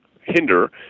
hinder